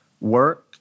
work